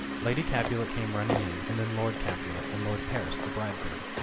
lady capulet came running in, and then lord capulet, and lord paris, the bridegroom.